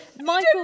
Michael